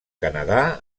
canadà